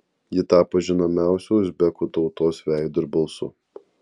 ji tapo žinomiausiu uzbekų tautos veidu ir balsu